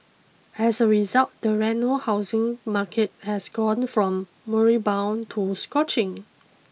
as a result the Reno housing market has gone from moribund to scorching